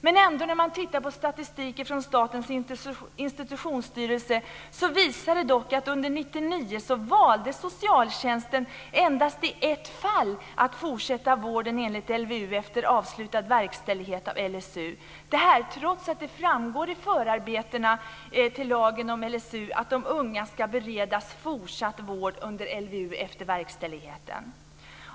Men när man tittar på statistik från Statens institutionsstyrelse visar det sig att under 1999 valde socialtjänsten endast i ett fall att fortsätta vården enligt LVU efter avslutad verkställighet av LSU, detta trots att det framgår i förarbetena till LSU att de unga ska beredas fortsatt vård enligt LVU efter verkställigheten.